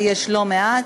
ויש לא מעט: